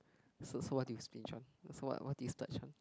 so so what do you binge on so what what do you splurge on